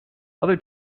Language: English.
other